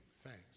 thanks